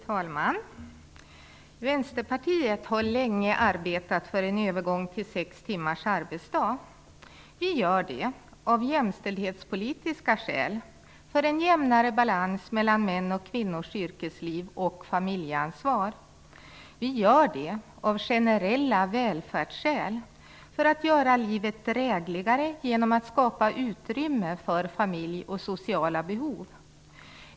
Fru talman! Vänsterpartiet har länge arbetat för en övergång till sex timmars arbetsdag. Vi gör det av jämställdhetspolitiska skäl, för en jämnare balans mellan mäns och kvinnors yrkesliv och familjeansvar. Vi gör det av generella välfärdsskäl, för att göra livet drägligare genom att skapa utrymme för familj och sociala behov.